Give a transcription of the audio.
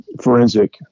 forensic